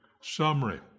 summary